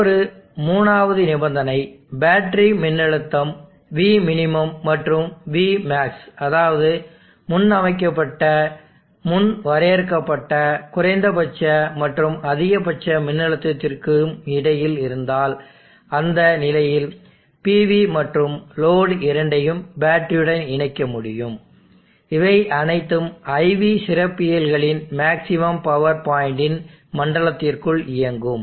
மற்றொரு 3வது நிபந்தனை பேட்டரி மின்னழுத்தம் Vmin மற்றும் Vmax அதாவது முன்னமைக்கப்பட்ட முன் வரையறுக்கப்பட்ட குறைந்தபட்ச மற்றும் அதிகபட்ச மின்னழுத்தத்திற்கும் இடையில் இருந்தால் அந்த நிலையில் PV மற்றும் லோடு இரண்டையும் பேட்டரியுடன் இணைக்க முடியும் இவை அனைத்தும் IV சிறப்பியல்புகளின் மேக்ஸிமம் பவர் பாயின்டின் மண்டலத்திற்குள் இயங்கும்